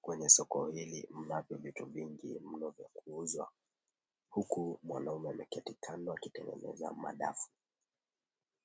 Kwenye soko hili mnavyo vitu vingi mno vya kuuza huku mwanamume ameketi kando akitengeneza madafu.